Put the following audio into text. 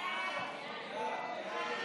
הודעת ראש